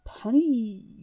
Penny